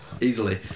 easily